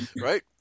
right